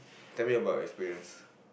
tell me about your experience